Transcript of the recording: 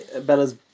Bella's